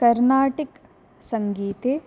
कर्नाटिक् सङ्गीते